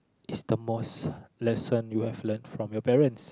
is the most lesson you have learn from your parents